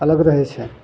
अलग रहय छै